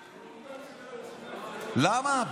למה?